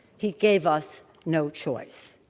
he gave us no choice.